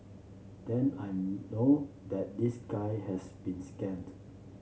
then I know that this guy has been scammed